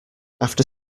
after